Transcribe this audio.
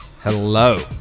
Hello